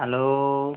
hello